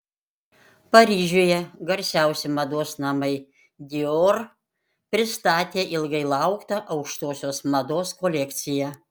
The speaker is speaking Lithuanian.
paryžiuje garsiausi mados namai dior pristatė ilgai lauktą aukštosios mados kolekciją